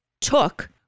took